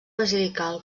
basilical